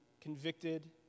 convicted